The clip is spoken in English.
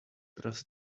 trust